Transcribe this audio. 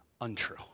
untrue